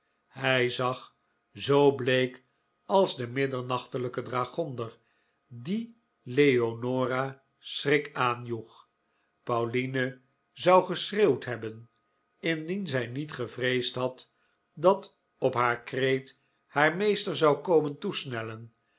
hij zag zoo bleek als de middernachtelijke dragonder die leonora schrik aanjoeg pauline zou geschreeuwd hebben indien zij niet gevreesd had dat op haar kreet haar meester zou komen toesnellen